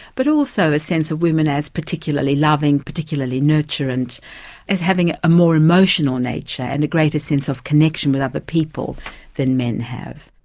but also a sense of women as particularly loving, particularly nutrient, and as having a more emotional nature and a greater sense of connection with other people than men have.